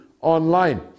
online